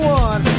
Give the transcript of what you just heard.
one